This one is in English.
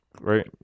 right